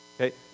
Okay